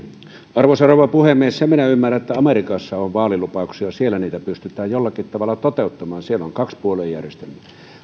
arvoisa rouva puhemies sen minä ymmärrän että amerikassa on vaalilupauksia siellä niitä pystytään jollakin tavalla toteuttamaan siellä on kaksipuoluejärjestelmä